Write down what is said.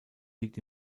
liegt